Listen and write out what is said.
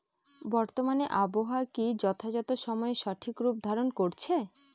বর্তমানে আবহাওয়া কি যথাযথ সময়ে সঠিক রূপ ধারণ করছে?